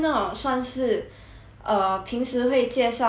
err 平时会介绍 makeup 那些的 youtuber ah